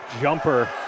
jumper